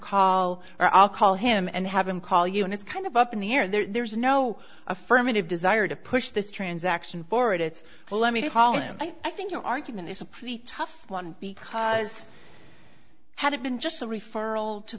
call or i'll call him and have him call you and it's kind of up in the air there's no affirmative desire to push this transaction forward it's a let me call him i think your argument is a pretty tough one because had it been just a referral to